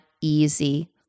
easy